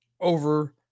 over